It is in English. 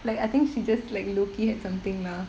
like I think she just like looking at something lah